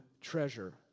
treasure